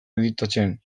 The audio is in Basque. editatzen